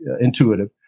intuitive